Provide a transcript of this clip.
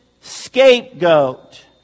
scapegoat